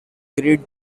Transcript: greet